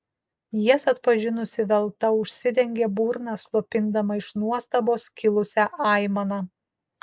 jas atpažinusi velta užsidengė burną slopindama iš nuostabos kilusią aimaną